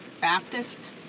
Baptist